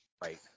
Right